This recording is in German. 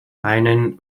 einen